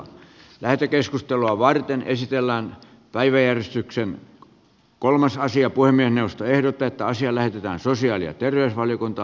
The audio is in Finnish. lähetekeskustelua varten esitellään kaiversyksyn kolmas asia voi mennä ostoehdot että asialle mitään sosiaali ja terveysvaliokuntaan